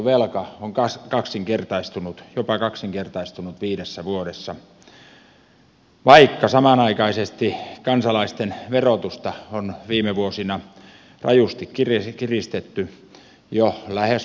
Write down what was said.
valtionvelka on jopa kaksinkertaistunut viidessä vuodessa vaikka samanaikaisesti kansalaisten verotusta on viime vuosina rajusti kiristetty jo lähes maailmanennätystasolle